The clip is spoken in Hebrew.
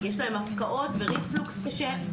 יש להם הקאות וריפלוקס קשה.